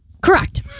Correct